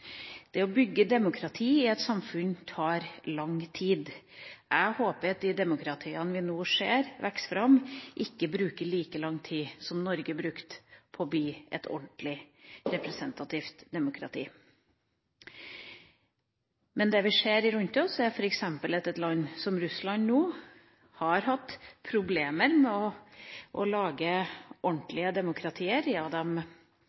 Det å bygge demokrati i et samfunn tar lang tid. Jeg håper at de demokratiene vi nå ser vokse fram, ikke bruker like lang tid som Norge brukte på å bli et ordentlig, representativt demokrati. Det vi ser rundt oss, er f.eks. at et land som Russland nå har hatt problemer med å lage et ordentlig demokrati, ja,